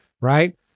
right